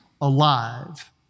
alive